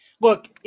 Look